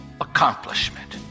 accomplishment